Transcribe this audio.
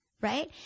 right